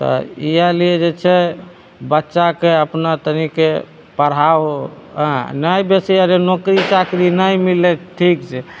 तऽ इहए लिए जे छै बच्चाके अपना तनिके पढ़ाहो एँ नहि बेसी अरे नोकरी चाकरी नहि मिललै तऽ ठीक छै